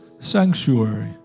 sanctuary